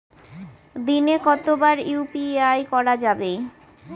দিনে কতবার ইউ.পি.আই করা যাবে?